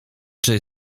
czy